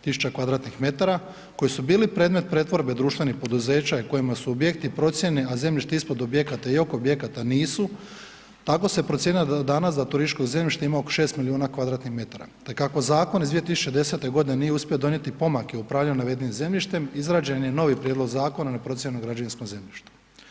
tisuća kvadratnih metara koji su bili predmet pretvorbe društvenih poduzeća i kojima su objekti procijenjeni, a zemljište ispod objekata i oko objekata nisu, tako se procjenjuje da danas turističkog zemljišta ima oko 6 milijuna kvadratnih metara te kako zakon iz 2010. godine nije uspio donijeti pomake u upravljanju navedenim zemljištem izrađen je novi Prijedlog zakona o neprocijenjenom građevinskom zemljištu.